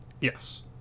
Yes